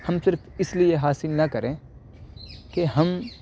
ہم پھر اس لیے حاصل نہ کریں کہ ہم